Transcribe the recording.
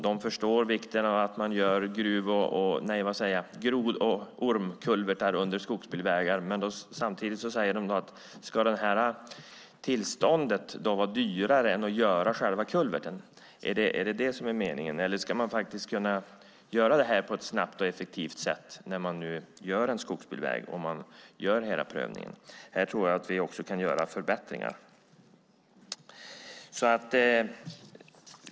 De förstår vikten av att man gör grod och ormkulvertar under skogsbilvägar. Men samtidigt undrar de om tillståndet ska vara dyrare än att göra själva kulverten. Är det detta som är meningen? Eller ska man kunna göra detta på ett snabbt och effektivt sätt när man nu gör en skogsbilväg och gör hela prövningen? Här tror jag att vi kan göra förbättringar.